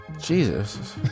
Jesus